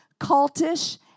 cultish